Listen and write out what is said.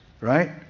right